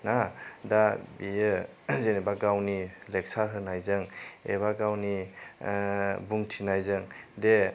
ना दा बियो जेनोबा गावनि लेगसार होनायजों एबा गावनि बुंथिनायजों दे